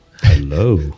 Hello